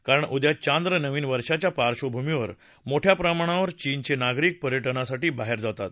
कारण उद्या चांद्र नवीन वर्षाच्या पाईभूमीवर मोठ्या प्रमाणावर चीनचे नागरिक पर्यटनासाठी बाहेर जातात